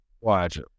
Watch